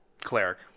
Cleric